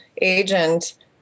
agent